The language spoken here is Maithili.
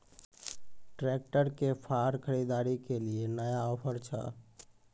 ट्रैक्टर के फार खरीदारी के लिए नया ऑफर छ?